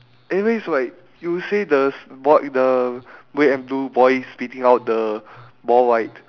anyways like you say the s~ boy the red and blue boy spitting out the ball right